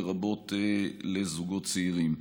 לרבות לזוגות צעירים.